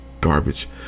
garbage